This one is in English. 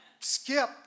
Skip